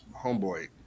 homeboy